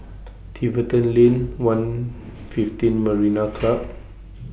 Tiverton Lane one fifteen Marina Club